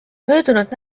möödunud